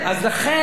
אז לכן,